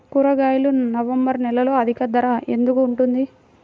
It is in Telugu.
కూరగాయలు నవంబర్ నెలలో అధిక ధర ఎందుకు ఉంటుంది?